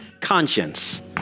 conscience